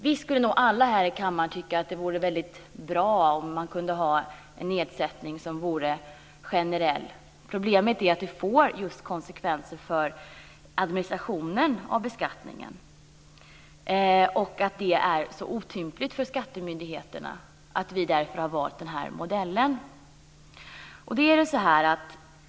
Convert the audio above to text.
Vi skulle nog alla här i kammaren tycka att det vore väldigt bra om man kunde ha en generell nedsättning. Problemet är att det får konsekvenser för administrationen av beskattningen och att det är så otympligt för skattemyndigheterna, och därför har vi valt den här modellen.